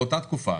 באותה תקופה